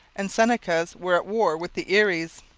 and senecas were at war with the eries.